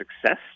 success